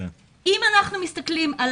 אם אנחנו מדברים על